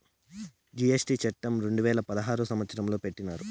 GST చట్టం రెండు వేల పదహారు సంవత్సరంలో పెట్టినారు